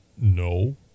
no